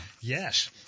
Yes